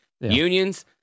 Unions